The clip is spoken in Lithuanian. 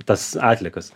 tas atliekas